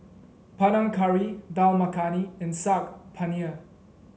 Panang Curry Dal Makhani and Saag Paneer